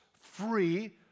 free